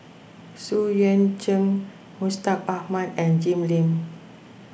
Xu Yuan Zhen Mustaq Ahmad and Jim Lim